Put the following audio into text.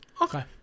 Okay